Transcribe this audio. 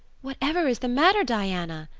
whatever is the matter, diana?